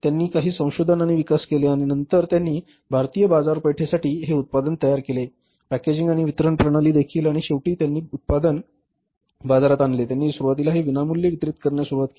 त्यांनी काही संशोधन आणि विकास केले आणि नंतर त्यांनी भारतीय बाजारपेठेसाठी हे उत्पादन तयार केले ही पॅकेजिंग आणि वितरण प्रणाली देखील आणि शेवटी जेव्हा त्यांनी उत्पादन बाजारात आणले त्यांनी सुरुवातीला हे विनामूल्य वितरित करण्यास सुरवात केली